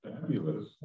Fabulous